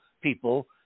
people